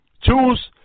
Choose